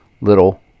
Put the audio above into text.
little